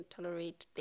Tolerate